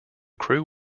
crew